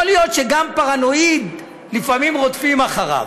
יכול להיות שגם פרנואיד, לפעמים רודפים אחריו.